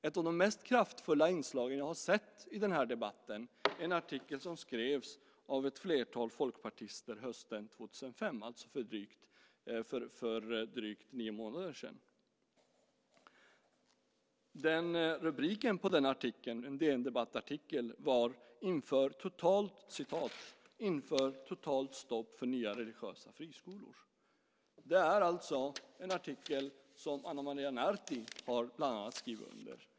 Ett av de mest kraftfulla inslagen som jag sett i den här debatten är en artikel som skrevs av ett flertal folkpartister hösten 2005, alltså för drygt nio månader sedan. Rubriken på artikeln på DN Debatt var "Inför totalt stopp för nya religiösa friskolor". Denna artikel har bland annat Ana Maria Narti skrivit under.